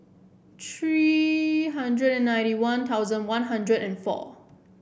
three hundred and ninety One Thousand One Hundred and four